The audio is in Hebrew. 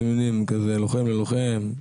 אתם יודעים כזה לוחם ללוחם,